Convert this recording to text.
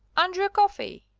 andrew coffey!